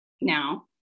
now